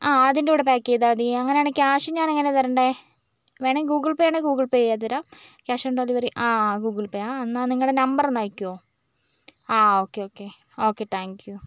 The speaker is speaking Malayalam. അതിൻ്റെ കൂടെ പായ്ക്ക് ചെയ്താൽ മതി അങ്ങനെയാണെങ്കിൽ ക്യാഷ് ഞാനെങ്ങനെ തരണ്ടേ വേണേൽ ഗൂഗിൾ പേ ചെയ്യണമെങ്കിൽ ഗൂഗിൾ പേ ചെയ്തുതരാം cash on delivery Google Pay എന്നാൽ നിങ്ങളുടെ നമ്പർ ഒന്ന് അയക്കുമോ ഓക്കേ ഓക്കേ ഓക്കേ താങ്ക്യൂ